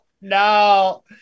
no